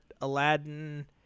Aladdin